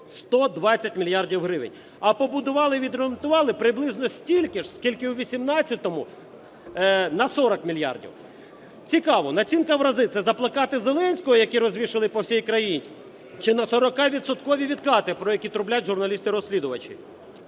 120 мільярдів гривень, а побудували і відремонтували приблизно стільки ж, скільки у 18-му на 40 мільярдів. Цікаво, націнка в рази – це за плакати Зеленського, які розвішані по всій країні, чи на 40-відсоткові відкати, про які трублять журналісти-розслідувачі?